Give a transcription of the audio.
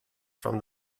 from